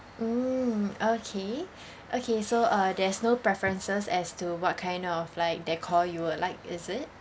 mm okay okay so uh there's no preferences as to what kind of like decor you would like is it